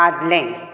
आदलें